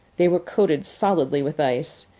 they were coated solidly with ice,